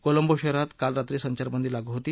कोलंबो शहरातही काल रात्री संचारबंदी लागू होती